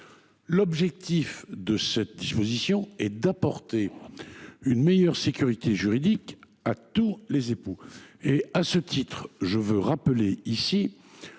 L’objectif de cette disposition est d’apporter une meilleure sécurité juridique à tous les époux. À ce titre, je rappelle que